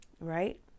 right